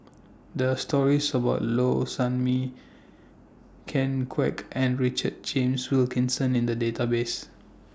There Are stories about Low Sanmay Ken Kwek and Richard James Wilkinson in The Database